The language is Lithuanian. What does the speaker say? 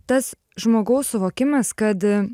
tas žmogaus suvokimas kad